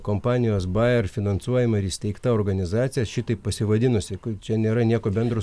kompanijos bajer finansuojama ir įsteigta organizacija šitaip pasivadinusi čia nėra nieko bendro